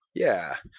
yeah.